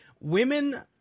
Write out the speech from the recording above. Women